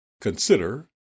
consider